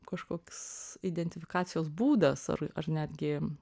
kažkoks identifikacijos būdas ar ar netgi